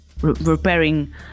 repairing